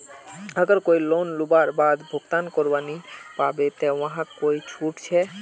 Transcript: अगर कोई लोन लुबार बाद भुगतान करवा नी पाबे ते वहाक कोई छुट छे?